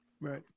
Right